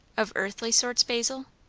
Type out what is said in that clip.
of earthly sorts, basil?